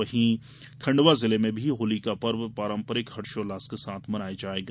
वहीं खंडवा जिले में भी होली का पर्व पारम्परिक हर्षोल्लास के साथ मनाया जायेगा